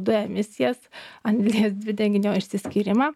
dujų emisijas anglies dvideginio išsiskyrimą